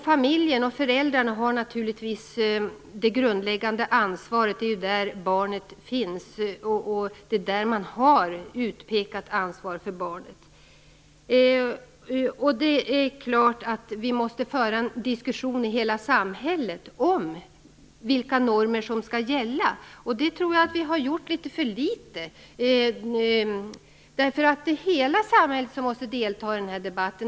Familjen och föräldrarna har naturligtvis det grundläggande ansvaret. Det är ju där barnet finns, och det är där man har ett utpekat ansvar för barnet. Det är klart att vi måste föra en diskussion i hela samhället om vilka normer som skall gälla. Det tror jag att vi har gjort för litet. Hela samhället måste delta i den här debatten.